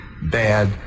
bad